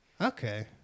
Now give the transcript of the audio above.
Okay